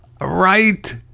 Right